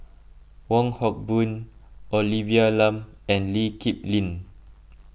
Wong Hock Boon Olivia Lum and Lee Kip Lin